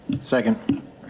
second